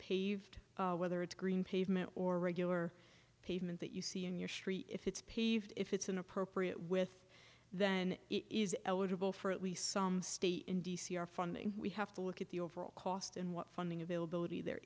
paved whether it's green pavement or regular pavement that you see in your street if it's paved if it's inappropriate with then it is eligible for at least some stay in d c our funding we have to look at the overall cost and what funding availability there